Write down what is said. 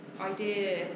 idea